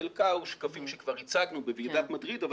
חלקה אלה שקפים שכבר הצגנו בוועידת מדריד אבל